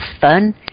fun